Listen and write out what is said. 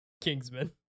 Kingsman